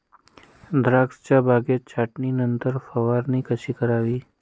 द्राक्ष बागेच्या छाटणीनंतर फवारणी कशी करावी?